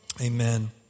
Amen